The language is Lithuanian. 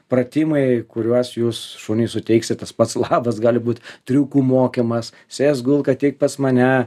pratimai kuriuos jūs šuniui suteiksit tas pats labas gali būt triukų mokymas sėsk gulk ateik pas mane